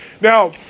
Now